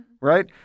Right